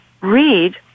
read